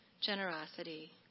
generosity